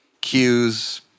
cues